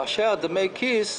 באשר לדמי כיס,